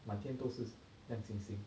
满天都是亮星星